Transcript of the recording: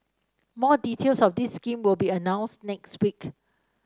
more details of this scheme will be announced next week